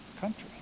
country